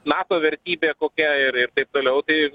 mato vertybė kokia ir ir taip toliau tai